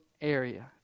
area